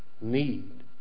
need